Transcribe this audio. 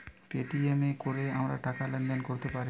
Paytm এ কোরে আমরা টাকা লেনদেন কোরতে পারি